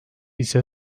ise